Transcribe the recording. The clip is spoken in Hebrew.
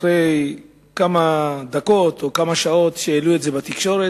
אחרי כמה דקות או כמה שעות אחרי שהעלו את זה בתקשורת,